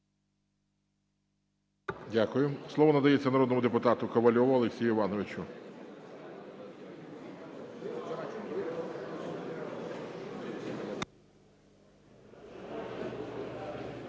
Дякую. Слово надається народному депутату Ковальову Олексію Івановичу.